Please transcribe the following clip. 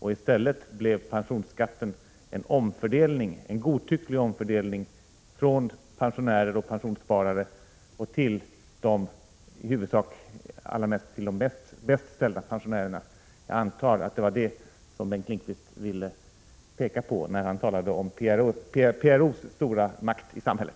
I stället blev det en godtycklig omfördelning från pensionärer och pensionssparare till de i huvudsak bäst ställda pensionärerna. Jag antar att det var detta Bengt Lindqvist ville peka på, när han talade om PRO:s stora makt i samhället.